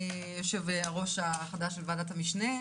יושב-ראש החדש בוועדת המשנה.